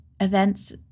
events